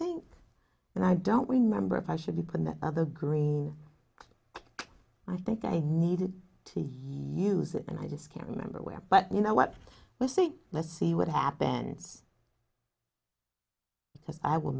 think and i don't remember if i should be put in that other green i think i needed to use it and i just can't remember where but you know what let's see let's see what happens